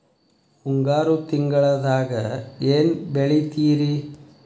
ಮುಂಗಾರು ತಿಂಗಳದಾಗ ಏನ್ ಬೆಳಿತಿರಿ?